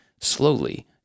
slowly